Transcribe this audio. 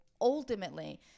ultimately –